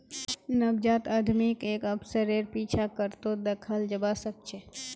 नवजात उद्यमीक एक अवसरेर पीछा करतोत दखाल जबा सके छै